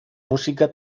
música